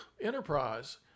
enterprise